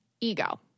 ego